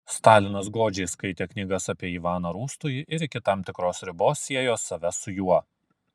stalinas godžiai skaitė knygas apie ivaną rūstųjį ir iki tam tikros ribos siejo save su juo